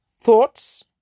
thoughts